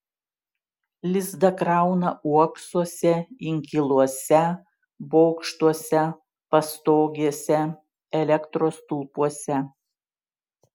lizdą krauna uoksuose inkiluose bokštuose pastogėse elektros stulpuose